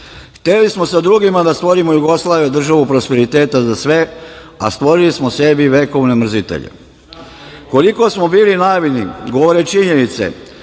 Hteli smo sa drugima da stvorimo Jugoslaviju, državu prosperiteta za sve, a stvorili smo sebi vekovne mrzitelje. Koliko smo bili naivni govore činjenice